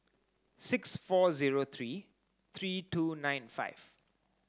six four zero three three two nine five